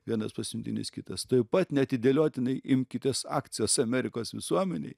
vienas pasiuntinys kitas tuoj pat neatidėliotinai imkitės akcijos amerikos visuomenei